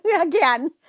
again